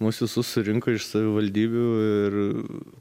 mus visus surinko iš savivaldybių ir